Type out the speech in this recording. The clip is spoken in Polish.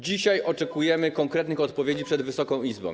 Dzisiaj oczekujemy konkretnych odpowiedzi przed Wysoką Izbą.